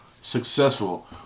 successful